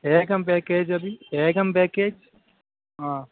एकं पेकेज् अपि एकं पेकेज् हा